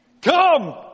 Come